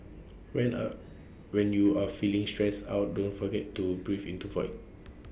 when are when you are feeling stressed out don't forget to breathe into void